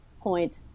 point